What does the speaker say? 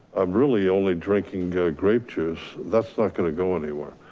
i'm really only drinking grape juice, that's not gonna go anywhere.